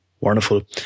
Wonderful